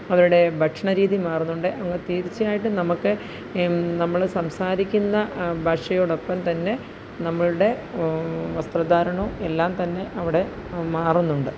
അവരുടെ ഭക്ഷണരീതി മാറുന്നുണ്ട് അങ്ങനെ തീര്ച്ചയായിട്ടും നമുക്ക് നമ്മള് സംസാരിക്കുന്ന ഭാഷയോടൊപ്പം തന്നെ നമ്മളുടെ വസ്ത്രധാരണവും എല്ലാംതന്നെ അവിടെ മാറുന്നുണ്ട്